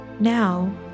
Now